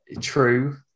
True